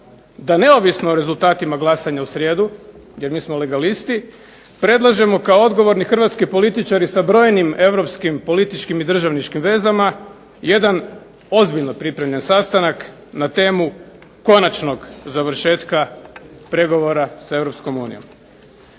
da neovisno o rezultatima glasanja u srijedu, jer mi smo legalisti, predlažemo kao odgovorni hrvatski političari sa brojnim europskim političkim i državničkim vezama jedan ozbiljno pripremljen sastanak na temu konačnog završetka pregovora s